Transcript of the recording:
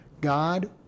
God